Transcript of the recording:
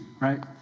right